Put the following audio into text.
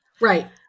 right